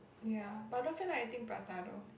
ya but I don't feel like eating prata though